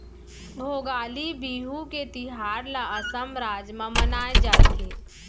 भोगाली बिहू के तिहार ल असम राज म मनाए जाथे